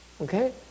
Okay